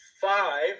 five